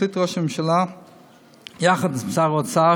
החליט ראש הממשלה יחד עם שר האוצר